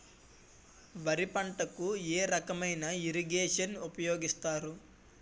వరి పంటకు ఏ రకమైన ఇరగేషన్ ఉపయోగిస్తారు?